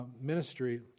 ministry